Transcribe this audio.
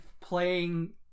playing